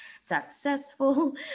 successful